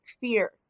fear